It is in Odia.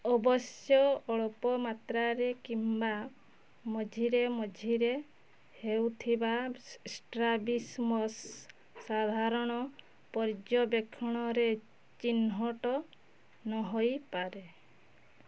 ଅବଶ୍ୟ ଅଳ୍ପ ମାତ୍ରାରେ କିମ୍ବା ମଝିରେ ମଝିରେ ହେଉଥିବା ଷ୍ଟ୍ରାବିସ୍ମସ୍ ସାଧାରଣ ପର୍ଯ୍ୟବେକ୍ଷଣରେ ଚିହ୍ନଟ ନହୋଇପାରେ